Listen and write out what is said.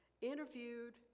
interviewed